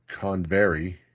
Convery